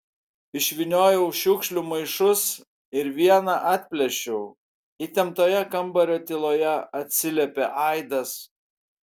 išvyniojau šiukšlių maišus ir vieną atplėšiau įtemptoje kambario tyloje atsiliepė aidas